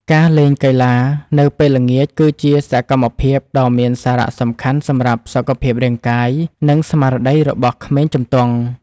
ការលេងកីឡានៅពេលល្ងាចគឺជាសកម្មភាពដ៏មានសារៈសំខាន់សម្រាប់សុខភាពរាងកាយនិងស្មារតីរបស់ក្មេងជំទង់។